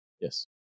Yes